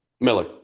Miller